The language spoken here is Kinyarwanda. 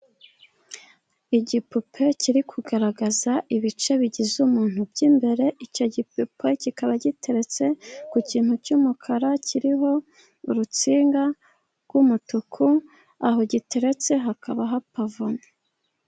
Igipupe kiri kugaragaza ibice bigize umuntu by'imbere, icyo gipipe kikaba giteretse ku kintu cy'umukara kiriho urutsinga rw'umutuku, aho giteretse hakaba hapavavomye.